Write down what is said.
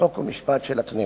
חוק ומשפט של הכנסת.